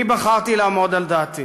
אני בחרתי לעמוד על דעתי